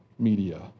media